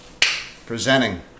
presenting